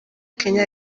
kenya